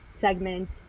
segment